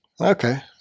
Okay